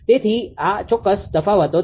તેથી આ ચોક્કસ તફાવતો છે